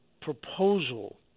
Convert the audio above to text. proposal